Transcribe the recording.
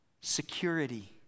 Security